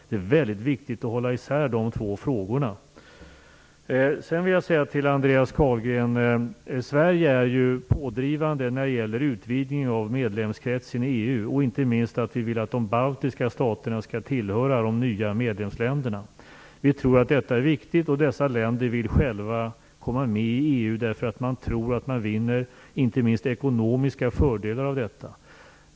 Det är väldigt viktigt att hålla isär de två frågorna. Sedan vill jag säga till Andreas Carlgren: Sverige är ju pådrivande när det gäller utvidgningen av medlemskretsen i EU. Inte minst vill vi att de baltiska staterna skall tillhöra de nya medlemsländerna. Vi tror att detta är viktigt, och dessa länder vill själva komma med i EU. Man tror inte minst att man vinner ekonomiska fördelar av detta.